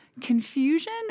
confusion